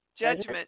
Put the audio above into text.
Judgment